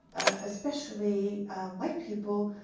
especially white people,